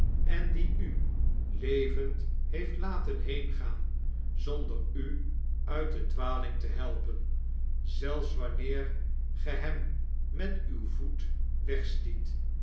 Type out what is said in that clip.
en die u levend heeft laten heengaan zonder u uit de dwaling te helpen zelfs wanneer ge hem met uw voet